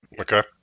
Okay